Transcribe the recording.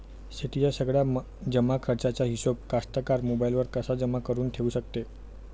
शेतीच्या सगळ्या जमाखर्चाचा हिशोब कास्तकार मोबाईलवर कसा जमा करुन ठेऊ शकते?